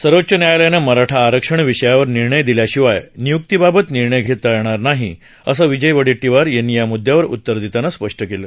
सर्वोच्च न्यायालयानं मराठा आरक्षण विषयावर निर्णय दिल्याशिवाय निय्क्तीबाबत निर्णय घेता येणार नाही असं वडेट्टीवार यांनी या म्द्यावर उत्तर देताना स्पष्ट केलं